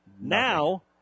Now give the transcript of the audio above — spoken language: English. Now